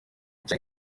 cya